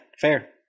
Fair